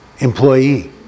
Employee